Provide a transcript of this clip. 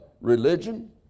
religion